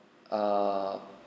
a